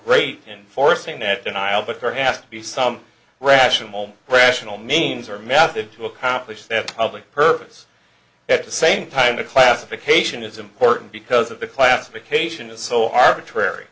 great in forcing that denial but there has to be some rational rational means or method to accomplish that public purpose at the same time the classification is important because of the classification is so arbitrary